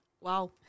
wow